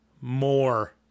More